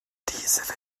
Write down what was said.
diese